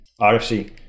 RFC